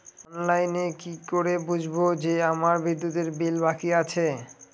অনলাইনে কি করে বুঝবো যে আমার বিদ্যুতের বিল বাকি আছে?